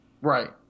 Right